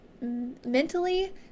mentally